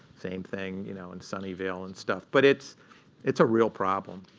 same thing you know in sunnyvale and stuff. but it's it's a real problem.